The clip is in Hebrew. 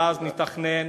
ואז נתכנן,